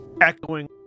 echoing